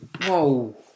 whoa